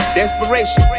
desperation